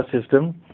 system